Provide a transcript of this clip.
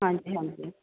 ਹਾਂਜੀ ਹਾਂਜੀ